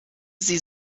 sie